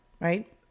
right